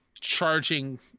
charging